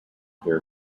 their